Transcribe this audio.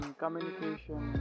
communication